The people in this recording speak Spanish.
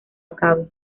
acabe